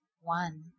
one